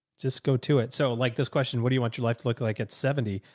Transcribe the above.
just go to it. so like this question, what do you want your life to look like at seventy?